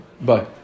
Bye